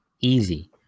Easy